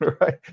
Right